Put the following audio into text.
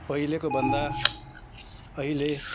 पहिलेको भन्दा अहिले